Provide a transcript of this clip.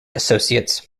associates